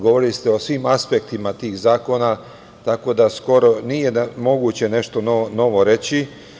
Govorili ste o svim aspektima tih zakona, tako da skoro nije moguće nešto novo reći.